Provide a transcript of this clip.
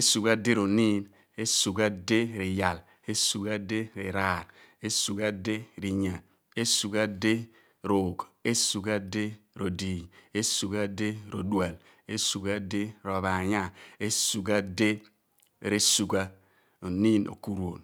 esugha di r'oniin esugha di r'iyal esugha di r'iraar esugha di r'inya esugha di r'oogh esugha di r'odiiny esugha di r'odual esugha di r'ophaanya esugha di r'esugha oniin okuruon.